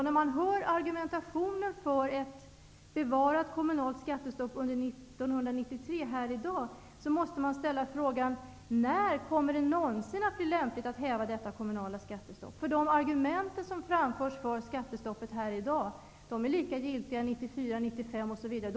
När man hör argumenten för ett bevarat kommunalt skattestopp under 1993, måste man ställa frågan: När kommer det någonsin att bli lämpligt att häva detta kommunala skattestopp? De argument som framförts för skattestoppet här i dag är lika giltiga 1994 och 1995.